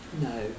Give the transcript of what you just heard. No